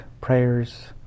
prayers